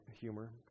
humor